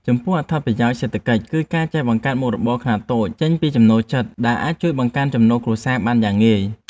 ចំពោះ អត្ថប្រយោជន៍សេដ្ឋកិច្ច គឺការចេះបង្កើតមុខរបរខ្នាតតូចចេញពីចំណូលចិត្ត ដែលអាចជួយបង្កើនចំណូលគ្រួសារបានយ៉ាងងាយ។